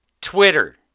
Twitter